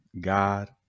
god